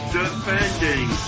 defending